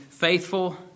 Faithful